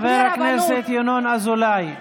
חבר הכנסת ינון אזולאי.